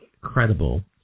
credible